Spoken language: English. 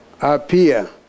appear